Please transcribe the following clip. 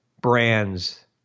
brands